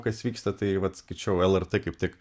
kas vyksta tai vat skaičiau lrt kaip tik